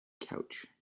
couch